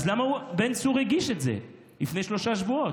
אז למה בן צור הגיש את זה לפני שלושה שבועות?